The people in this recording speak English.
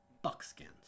buckskins